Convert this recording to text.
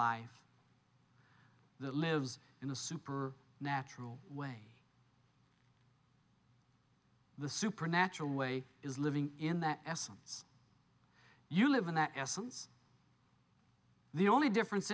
life that lives in the super natural way the supernatural way is living in that essence you live in that essence the only difference